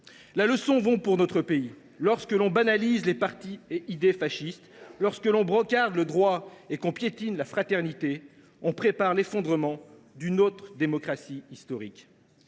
La leçon vaut pour notre pays : lorsque l’on banalise les partis et les idées fascistes, lorsqu’on brocarde le droit et qu’on piétine la fraternité, on prépare l’effondrement d’une autre démocratie historique.